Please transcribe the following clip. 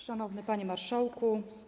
Szanowny Panie Marszałku!